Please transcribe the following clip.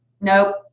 Nope